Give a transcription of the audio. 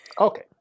Okay